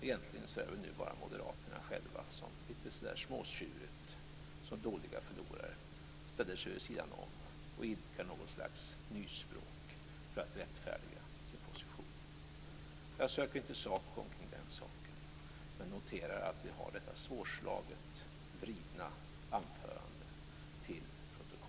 Egentligen är det väl nu bara Moderaterna själva som litet småtjurigt, som dåliga förlorare, ställer sig vid sidan om och idkar ett slags nyspråk för att rättfärdiga sin position. Jag söker inte sak omkring det men noterar att detta svårslaget vridna anförande tas till protokollet, och det är jag tacksam för.